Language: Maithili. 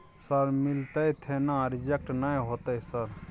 सर मिलते थे ना रिजेक्ट नय होतय सर?